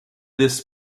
this